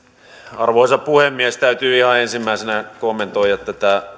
arvoisa puhemies täytyy ihan ensimmäisenä kommentoida tätä